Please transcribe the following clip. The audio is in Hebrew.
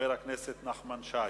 חבר הכנסת נחמן שי.